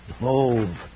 Move